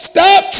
Stop